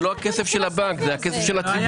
זה לא הכסף של הבנק, זה הכסף של הציבור.